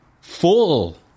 full